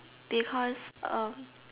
because um